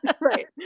Right